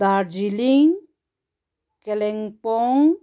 Darjeeling Kalimpong